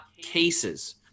cases